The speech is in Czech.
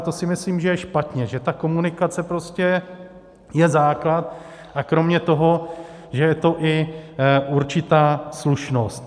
A to si myslím, že je špatně, že ta komunikace prostě je základ, a kromě toho je to i určitá slušnost.